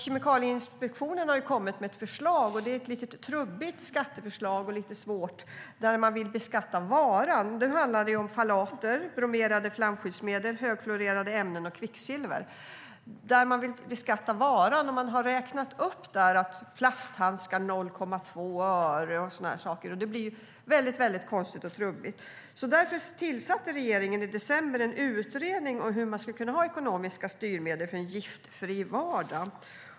Kemikalieinspektionen har kommit med ett förslag som är lite trubbigt och svårt. Man vill beskatta varan, och då handlar det om ftalater, bromerade flamskyddsmedel, högfluorerade ämnen och kvicksilver. Man har räknat ut skatten för plasthandskar till 0,2 öre. Det blir väldigt konstigt och trubbigt. Därför tillsatte regeringen i december en utredning om hur man ska kunna ha ekonomiska styrmedel för en giftfri vardag.